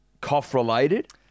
cough-related